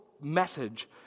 message